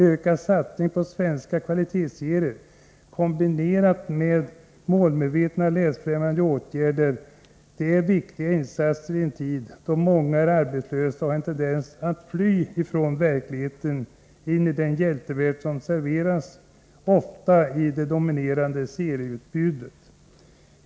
Ökade satsningar på svenska kvalitetsserier — kombinerade med målmedvetna läsfrämjande åtgärder — är viktiga åtgärder i en tid då många är arbetslösa och har en tendens att fly från verkligheten in i den hjältevärld som ofta serveras i det dominerande serieutbudet.